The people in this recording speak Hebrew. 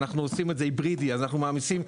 אנחנו עושים את זה היברידי אז אנחנו מעמיסים,